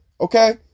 okay